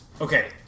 Okay